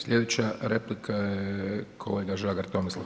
Slijedeća replika je kolega Žagar Tomislav.